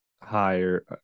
higher